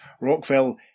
Rockville